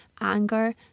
anger